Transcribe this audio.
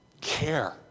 care